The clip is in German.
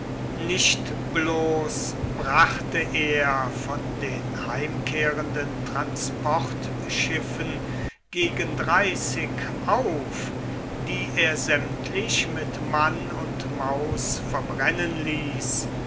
nicht bloß brachte er von den heimkehrenden transportschiffen gegen dreißig auf die er sämtlich mit mann und maus verbrennen ließ